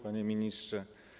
Panie Ministrze!